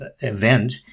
event